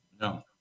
No